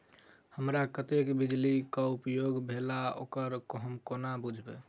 हमरा कत्तेक बिजली कऽ उपयोग भेल ओकर हम कोना बुझबै?